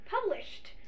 published